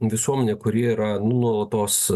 visuomenė kuri yra nuolatos